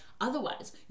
otherwise